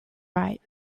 right